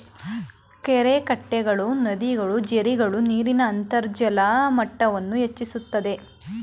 ಕೆರೆಕಟ್ಟೆಗಳು, ನದಿಗಳು, ಜೆರ್ರಿಗಳು ನೀರಿನ ಅಂತರ್ಜಲ ಮಟ್ಟವನ್ನು ಹೆಚ್ಚಿಸುತ್ತದೆ